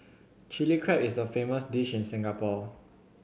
Chilli Crab is a famous dish in Singapore